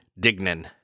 Dignan